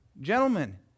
Gentlemen